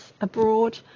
abroad